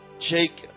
Jacob